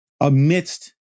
amidst